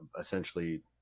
essentially